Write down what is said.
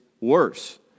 worse